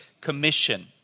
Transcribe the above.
Commission